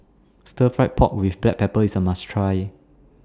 Stir Fried Pork with Black Pepper IS A must Try